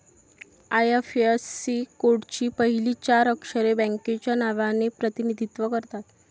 IFSC कोडची पहिली चार अक्षरे बँकेच्या नावाचे प्रतिनिधित्व करतात